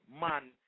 man